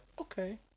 okay